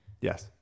Yes